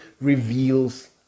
reveals